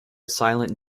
silent